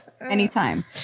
anytime